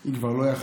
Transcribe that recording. היא כבר לא יכלה,